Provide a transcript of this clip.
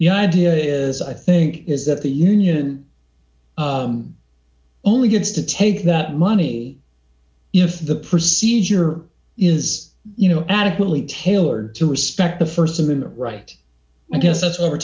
the idea is i think is that the union only gets to take that money if the procedure is you know adequately tailored to respect the st amendment right i guess that's why we're